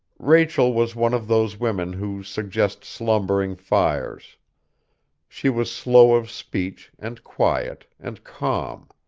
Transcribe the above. rachel was one of those women who suggest slumbering fires she was slow of speech, and quiet, and calm.